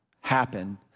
happen